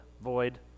void